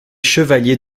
chevalier